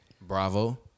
Bravo